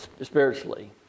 spiritually